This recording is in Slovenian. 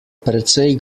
precej